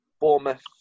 Bournemouth